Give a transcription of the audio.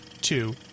two